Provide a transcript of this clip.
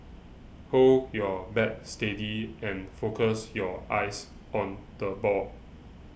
hold your bat steady and focus your eyes on the ball